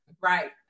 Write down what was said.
Right